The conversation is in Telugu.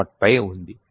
py ఉంది